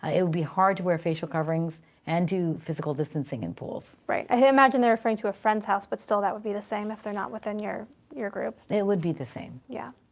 ah it would be hard to wear facial coverings and do physical distancing in pools. right. i imagine they're referring to a friend's house, but still that would be the same if they're not within your your group? it would be the same. yeah.